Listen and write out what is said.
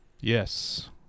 Yes